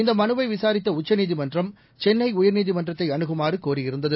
இந்தமனுவைவிசாரித்தஉச்சநீதிமன்றம் சென்னைஉயர்நீதிமன்றத்தைஅனுகுமாறுகோரியிருந்தது